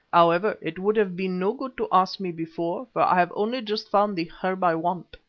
however, it would have been no good to ask me before, for i have only just found the herb i want,